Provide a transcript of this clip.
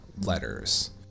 letters